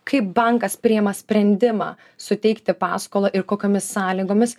kaip bankas priima sprendimą suteikti paskolą ir kokiomis sąlygomis